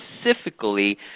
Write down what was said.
specifically